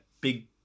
big